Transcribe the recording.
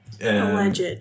Alleged